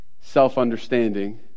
self-understanding